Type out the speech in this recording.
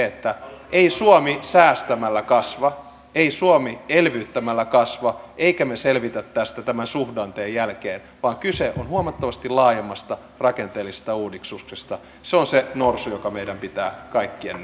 että ei suomi säästämällä kasva ei suomi elvyttämällä kasva emmekä me selviä tästä tämän suhdanteen jälkeen vaan kyse on huomattavasti laajemmasta rakenteellisesta uudistuksesta se on se norsu joka meidän pitää kaikkien